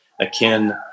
akin